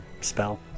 spell